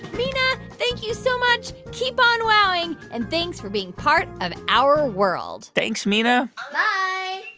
mina, thank you so much. keep on wowing, and thanks for being part of our world thanks, mina bye